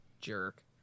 Jerk